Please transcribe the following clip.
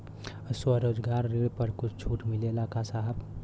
स्वरोजगार ऋण पर कुछ छूट मिलेला का साहब?